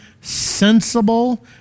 sensible